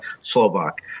Slovak